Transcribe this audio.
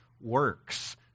works